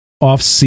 off